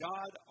God